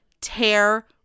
tear